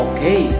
Okay